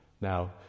Now